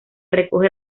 recoge